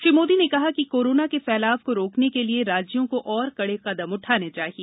श्री मोदी ने कहा कि कोरोना के फैलाव को रोकने के लिए राज्यों को और कड़े कदम उठाने चाहिए